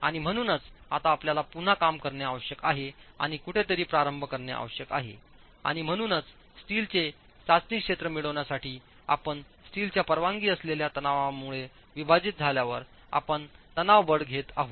आणि म्हणूनच आता आपल्याला पुन्हा काम करणे आवश्यक आहे आणि कुठेतरी प्रारंभ करणे आवश्यक आहे आणि म्हणूनच स्टीलचे चाचणी क्षेत्र मिळविण्यासाठी आपण स्टीलच्या परवानगी असलेल्या तणावामुळे विभाजित झाल्यावर आपण तणाव बळ घेत आहात